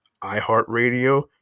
iHeartRadio